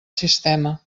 sistema